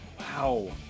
Wow